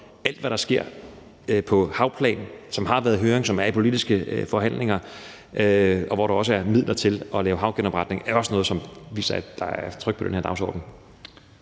alt, hvad der sker på havplan, som har været i høring, og som der er politiske forhandlinger om, og hvor der også er midler til at lave havgenopretning. Det er også noget, som viser, at der er tryk på den her dagsorden.